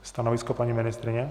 Stanovisko paní ministryně?